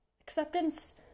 acceptance